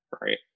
right